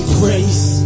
grace